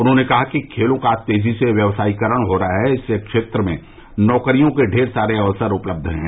उन्होंने कहा कि खेलों का आज तेजी से व्यावसायीकरण हो रहा है जिससे इस क्षेत्र में नौकरियों के ढेर सारे अवसर उपलब्ध हैं